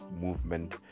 Movement